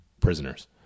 prisoners